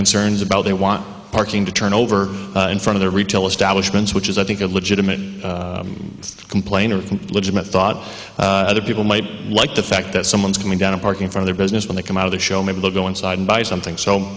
concerns about they want parking to turn over in front of the retail establishments which is i think a legitimate complaint of legitimate thought other people might like the fact that someone is coming down a parking for their business when they come out of the show maybe they'll go inside and buy something so